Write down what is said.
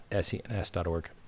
SENS.org